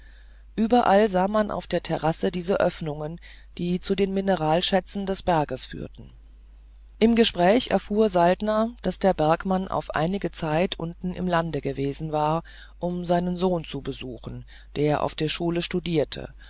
überall sah man auf der terrasse diese öffnungen die zu den mineralschätzen des berges führten im gespräch erfuhr saltner daß der bergmann auf einige zeit unten im lande gewesen war um seinen sohn zu besuchen der auf der schule studierte